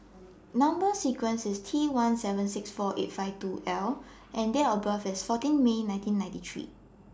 Number sequence IS T one seven six four eight five two L and Date of birth IS fourteen May nineteen ninety three